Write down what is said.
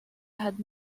had